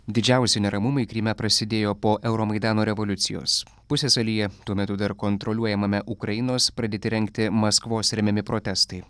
didžiausi neramumai kryme prasidėjo po euro maidano revoliucijos pusiasalyje tuo metu dar kontroliuojamame ukrainos pradėti rengti maskvos remiami protestai